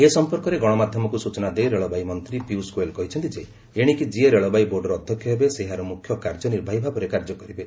ଏ ସଂପର୍କରେ ଗଣମାଧ୍ୟମକୁ ସୂଚନା ଦେଇ ରେଳବାଇ ମନ୍ତ୍ରୀ ପୀୟୁଷ ଗୋଏଲ୍ କହିଛନ୍ତି ଯେ ଏଶିକି ଯିଏ ରେଳବାଇ ବୋର୍ଡର ଅଧ୍ୟକ୍ଷ ହେବେ ସେ ଏହାର ମୁଖ୍ୟ କାର୍ଯ୍ୟନିର୍ବାହୀ ଭାବରେ କାର୍ଯ୍ୟକରିବେ